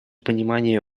понимание